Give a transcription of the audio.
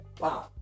wow